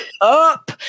up